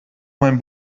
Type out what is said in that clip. mein